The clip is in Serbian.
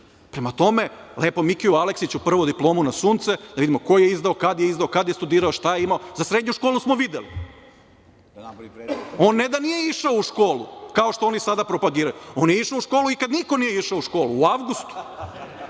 tome, lepo Mikiju Aleksiću prvo diplomu na sunce, da vidimo ko je izdao, kada je izdao, kada je studirao, šta je imao. Za srednju smo videli. On ne da nije išao u školu, kao što oni sada propagiraju, on je išao u školu i kada niko nije išao u školu, u avgustu,